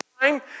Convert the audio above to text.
time